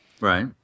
Right